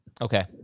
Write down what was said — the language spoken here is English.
Okay